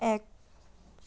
এক